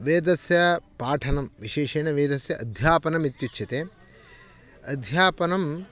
वेदस्य पाठनं विशेषेण वेदस्य अध्यापनमित्युच्यते अध्यापनं